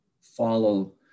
follow